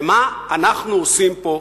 ומה אנחנו עושים פה?